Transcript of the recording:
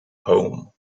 home